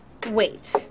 Wait